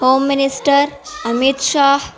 فم منسٹر امت شاہ